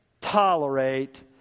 tolerate